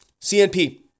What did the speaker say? CNP